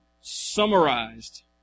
summarized